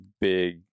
big